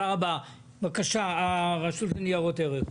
בבקשה, רשות שוק ההון.